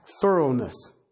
thoroughness